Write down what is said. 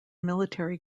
military